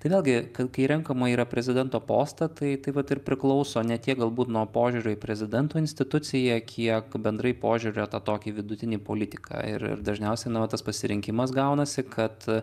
tai vėlgi kad kai renkama yra prezidento postą tai tai vat ir priklauso ne tiek galbūt nuo požiūrio į prezidento instituciją kiek bendrai požiūrio tą tokį vidutinį politiką ir ir dažniausiai na vat tas pasirinkimas gaunasi kad